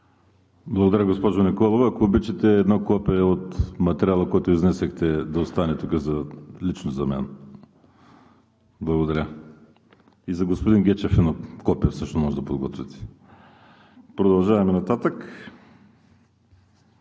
Благодаря, госпожо Николова. Ако обичате, едно копие от материала, който изнесохте, да остане тук лично за мен. Благодаря. И за господин Гечев едно копие също може да подготвите. Приключихме с